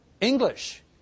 English